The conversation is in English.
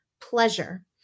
pleasure